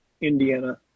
Indiana